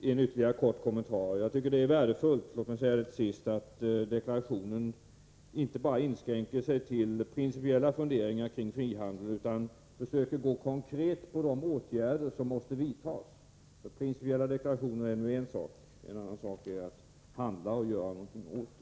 Låt mig säga till sist att jag tycker att det är värdefullt att deklarationen inte bara inskränker sig till principiella funderingar kring frihandel utan försöker att också markera de åtgärder som måste vidtas. Principiella deklarationer är en sak, en annan sak är att handla och åstadkomma resultat.